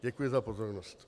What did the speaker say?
Děkuji za pozornost.